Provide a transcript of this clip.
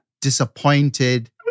disappointed